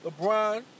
LeBron